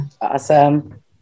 Awesome